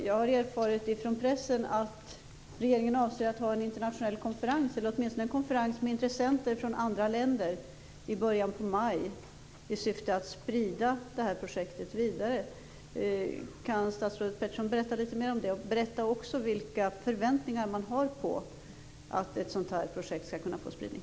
Jag har erfarit i pressen att regeringen avser att ha en internationell konferens, eller åtminstone en konferens med intressenter från andra länder, i början på maj i syfte att sprida det här projektet vidare. Kan statsrådet Peterson berätta litet mer om det? Berätta också vilka förväntningar man har på att ett sådant projekt skall kunna få spridning!